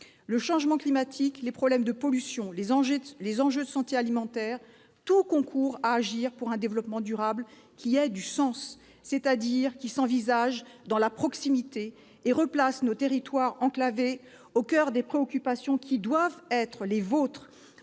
Le changement climatique, les problèmes de pollution, les enjeux de santé alimentaire, tout concourt à agir pour un développement durable qui ait du sens, c'est-à-dire qui s'envisage dans la proximité et replace nos territoires enclavés au coeur des préoccupations qui doivent être les vôtres,